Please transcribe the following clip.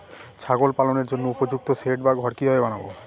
ছাগল পালনের জন্য উপযুক্ত সেড বা ঘর কিভাবে বানাবো?